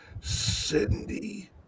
Cindy